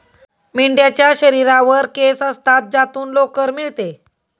मेंढ्यांच्या शरीरावर केस असतात ज्यातून लोकर मिळते